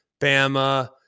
Bama